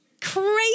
Crazy